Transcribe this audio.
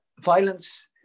violence